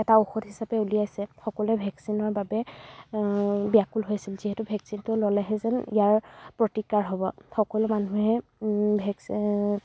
এটা ঔষধ হিচাপে উলিয়াইছে সকলোৱে ভেকচিনৰ বাবে ব্য়াকুল হৈছিল যিহেতু ভেকচিনটো ল'লেহে যেন ইয়াৰ প্ৰতিকাৰ হ'ব সকলো মানুহে ভেক